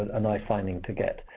a nice finding to get.